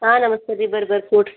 ಹಾಂ ನಮಸ್ತೆ ರೀ ಬರ್ರಿ ಬರ್ರಿ ಕೂಡಿರಿ